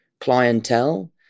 clientele